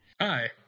Hi